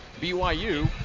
BYU